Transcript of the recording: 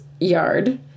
yard